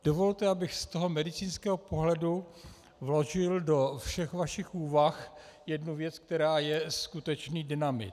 Dovolte, abych z toho medicínského pohledu vložil do všech vašich úvah jednu věc, která je skutečný dynamit.